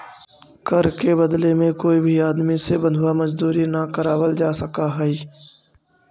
कर के बदले में कोई भी आदमी से बंधुआ मजदूरी न करावल जा सकऽ हई